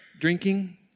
Drinking